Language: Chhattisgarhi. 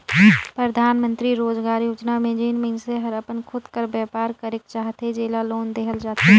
परधानमंतरी रोजगार योजना में जेन मइनसे हर अपन खुद कर बयपार करेक चाहथे जेला लोन देहल जाथे